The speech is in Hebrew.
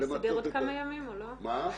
שיושב באנגליה ונותן שירות לתושב ישראלי או הקושי